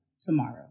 tomorrow